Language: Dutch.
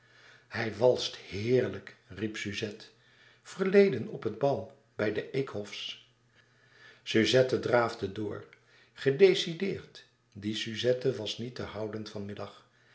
hij walst heerlijk riep suzette verleden op het bal bij de eekhofs suzette draafde door gedecideerd die suzette was niet te houden van middag